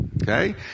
Okay